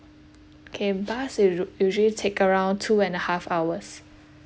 okay bus usu~ usually take around two and a half hours